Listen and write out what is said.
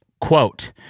quote